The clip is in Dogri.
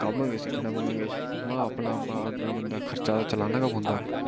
कम्म गै सिक्खना पौना किश अपना अग्गें दा खर्चा चलाना गै पौंदा